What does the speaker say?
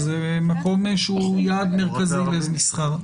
שהיא יעד מרכזי למסחר.